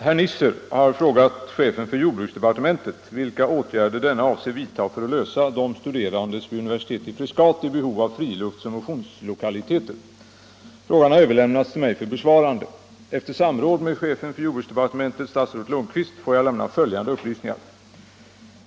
Herr talman! Herr Nisser har frågat chefen för jordbruksdepartementet vilka åtgärder denne avser vidta för att lösa de studerandes vid universitetet i Frescati behov av friluftsoch motionslokaliteter. Frågan har överlämnats till mig för besvarande. Efter samråd med chefen för jordbruksdepartementet, statsrådet Lundkvist, får jag lämna följande upplysningar.